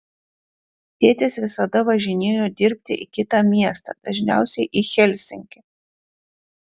tėtis visada važinėjo dirbti į kitą miestą dažniausiai į helsinkį